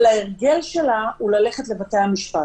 אבל ההרגל שלה הוא ללכת לבתי המשפט.